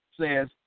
says